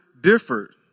differed